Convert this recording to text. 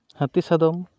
ᱦᱟᱹᱛᱤ ᱥᱟᱫᱚᱢ